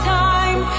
time